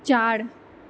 चारि